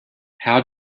how